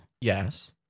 Yes